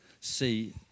see